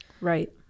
right